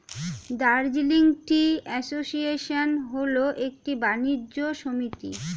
Darjeeling tea association হল একটি বাণিজ্য সমিতি